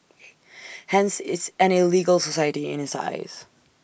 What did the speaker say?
hence it's an illegal society in his eyes